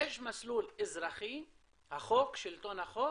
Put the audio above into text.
יש מסלול אזרחי, החוק, שלטון החוק,